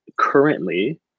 currently